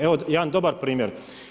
Evo jedan dobar primjer.